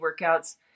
workouts